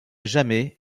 jamais